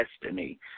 destiny